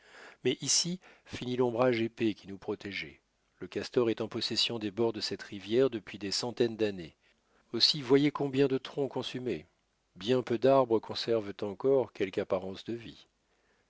mais ici finit l'ombrage épais qui nous protégeait le castor est en possession des bords de cette rivière depuis des centaines d'années aussi voyez combien de troncs consumés bien peu d'arbres conservent encore quelque apparence de vie